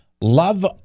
love